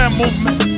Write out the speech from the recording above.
movement